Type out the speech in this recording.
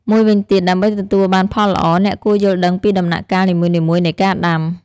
មួយវិញទៀត ដើម្បីទទួលបានផលល្អ អ្នកគួរយល់ដឹងពីដំណាក់កាលនីមួយៗនៃការដាំ។